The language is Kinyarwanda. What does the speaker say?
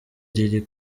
riri